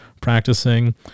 practicing